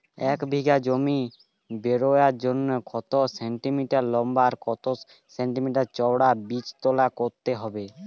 এক বিঘা জমি রোয়ার জন্য কত সেন্টিমিটার লম্বা আর কত সেন্টিমিটার চওড়া বীজতলা করতে হবে?